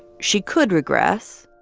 she could regress.